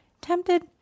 tempted